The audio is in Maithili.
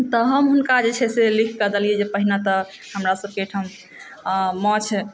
तऽ हम हुनका जे छै से लिखि देलियनि जे पहिने तऽ हमरा सबके अहिठाम माछ